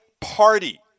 party